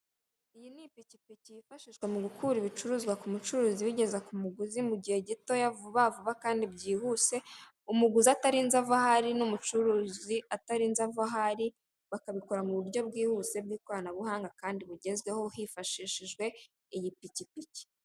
Iyi ni ipikipiki yifashishwa mu gukura ibicuruzwa ku mucuruzi bigeza ku muguzi mu gihe gito vuba vuba kandi byihuse, umuguzi atarinze ava aho ari n'umucuruzi atarinze ava aho ari, bakabikora mu buryo bwihuse bw'ikoranabuhanga kandi bugezweho hifashishijwe iy'ipikipiki.